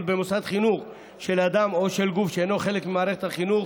במוסד חינוך של אדם או של גוף שאינו חלק ממערכת החינוך